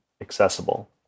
accessible